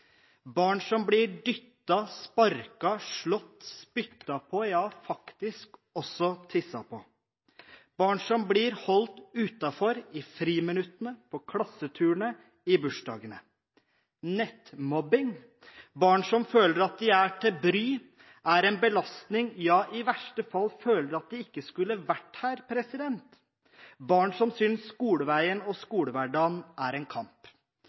barn som blir dyttet, sparket, slått, spyttet på – ja, faktisk også tisset på. Det er barn som blir holdt utenfor i friminuttene, på klasseturene og i bursdagene. Det er nettmobbing, det er barn som føler at de er til bry, at de er en belastning og i verste fall føler at de ikke skulle vært her. Det er barn som synes skoleveien og skolehverdagen er en